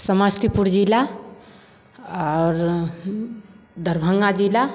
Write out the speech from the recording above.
समस्तीपुर जिला आओर दरभङ्गा जिला